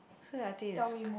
so that I think it's